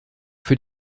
für